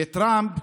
וטראמפ,